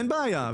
אין בעיה,